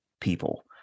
people